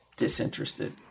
Disinterested